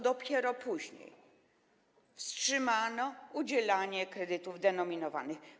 Dopiero później wstrzymano udzielanie kredytów denominowanych.